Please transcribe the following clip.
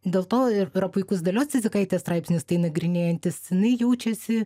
dėl to ir yra puikus dalios cidzikaitės straipsnis tai nagrinėjantis jinai jaučiasi